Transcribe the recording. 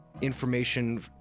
information